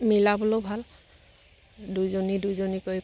মিলাবলৈয়ো ভাল দুজনী দুজনী কৈ